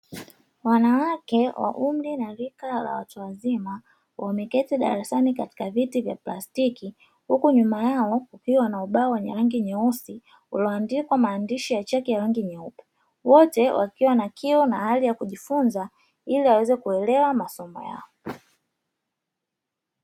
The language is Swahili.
Wanawake wa umri na rika ya watu wazima, wameketi darasani katika viti vya plastiki. Huku nyuma yao kukiwa na ubao wenye rangi nyeusi, ulioandikwa maandishi ya chaki nyeupe. Wote wakiwa na kiu na hali ya kujifunza ili waweze kuelewa masomo yao.